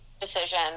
decision